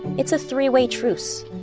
it's a three-way truce,